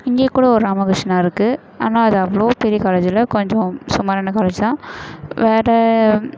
இங்கேயே கூட ஒரு ராமகிருஷ்ணா இருக்குது ஆனால் அது அவ்வளோ பெரிய காலேஜ் இல்லை கொஞ்சம் சுமாரான காலேஜ் தான் வேறு